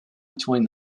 between